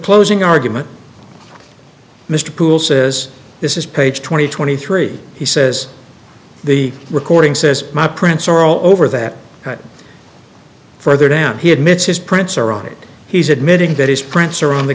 closing argument mr google says this is page twenty twenty three he says the recording says my prints are all over that further down he admits his prints are on it he's admitting that his prints are on the